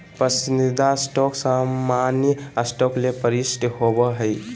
पसंदीदा स्टॉक सामान्य स्टॉक ले वरिष्ठ होबो हइ